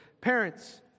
parents